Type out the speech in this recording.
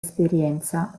esperienza